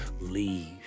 Leave